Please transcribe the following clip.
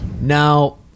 Now